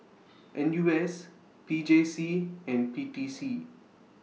N U S P J C and P T C